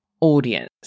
audience